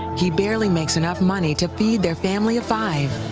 he barely makes enough money to feed their family of five.